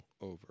over